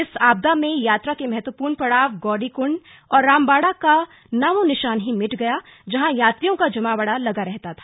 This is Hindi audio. इस आपदा में यात्रा के महत्वपूर्ण पड़ाव गौरीकुंड और रामबाड़ा का नामोनिशान ही मिट गया जहां यात्रियों का जमावड़ा लगा रहता था